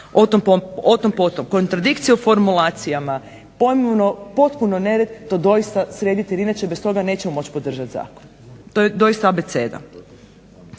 o tom potom. Kontradikcije u formulacijama, pojmovno potpuno nered. To doista sredite jer inače bez toga nećemo moći podržati zakon. To je doista abeceda.